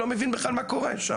שבכלל לא מבין מה קורה.